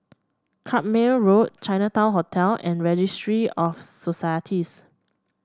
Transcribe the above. Carpmael Road Chinatown Hotel and Registry of Societies